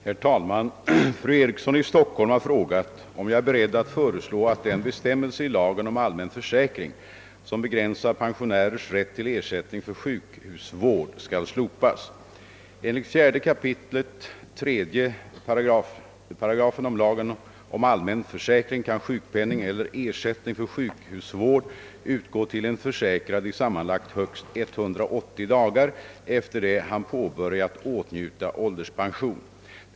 Herr talman! Fru Eriksson i Stockholm har frågat, om jag är beredd att föreslå att den bestämmelse i lagen om allmän försäkring som begränsar pensionärers rätt till ersättning för sjukhusvård skall slopas. Enligt 4 kap. 3 § lagen om allmän försäkring kan sjukpenning eller ersättning för sjukhusvård utgå till en försäkrad i sammanlagt högst 180 dagar efter det han börjat åtnjuta ålderspension.